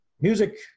music